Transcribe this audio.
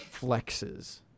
flexes